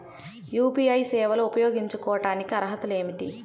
UPI సేవలు ఉపయోగించుకోటానికి అర్హతలు ఏమిటీ?